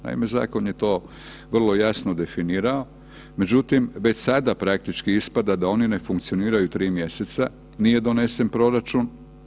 Naime, zakon je to vrlo jasno definirao, međutim, već sada praktički ispada da oni ne funkcioniraju 3 mjeseca, nije donesen proračun.